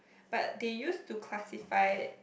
but they used to classify